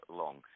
long